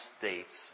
states